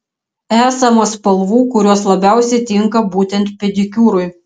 esama spalvų kurios labiausiai tinka būtent pedikiūrui